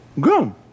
gum